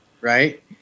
Right